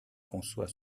conçoit